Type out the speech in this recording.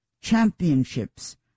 championships